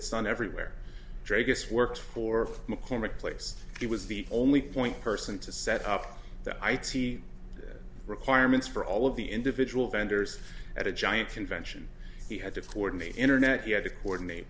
it's done everywhere druggists works for mccormick place he was the only point person to set up the i t requirements for all of the individual vendors at a giant convention he had to coordinate internet he had to coordinate